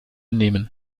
nehmen